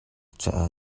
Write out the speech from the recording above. caah